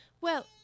Well